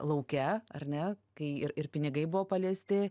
lauke ar ne kai ir ir pinigai buvo paliesti